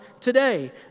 today